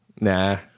Nah